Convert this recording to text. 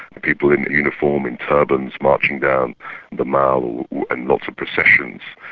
people in uniform in turbans marching down the mall in lots of processions.